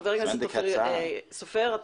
חבר הכנסת סופר,